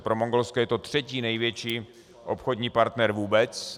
Pro Mongolsko je to třetí největší obchodní partner vůbec.